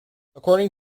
according